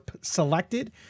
selected